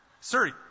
sir